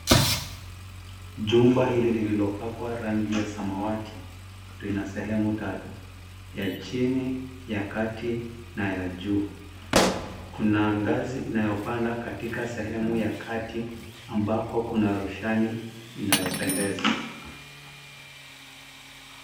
Chumba hili lililopakwa rangi ya samawati lina sehemu tatu, ya chini, ya kati na ya juu. Kuna angazi inayopanda sehumu ya kati ambako kuna roshani inayopendeza.